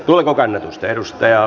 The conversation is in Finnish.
luokan edustaja